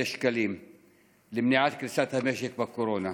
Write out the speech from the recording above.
שקלים למניעת קריסת המשק בקורונה.